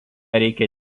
reikia